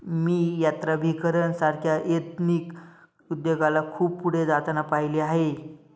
मी यात्राभिकरण सारख्या एथनिक उद्योगाला खूप पुढे जाताना पाहिले आहे